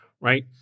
right